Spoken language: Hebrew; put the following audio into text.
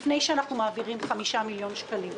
לפני שאנחנו מעבירים 5 מיליון שקלים.